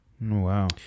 Wow